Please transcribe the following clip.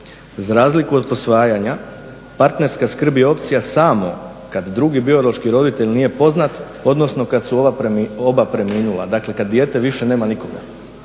Za razliku od posvajanja, partnerska skrb je opcija samo kad drugi biološki roditelj nije poznat odnosno kad su oba preminula, dakle kad dijete više nema nikoga